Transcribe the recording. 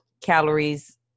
calories